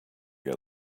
get